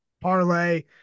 parlay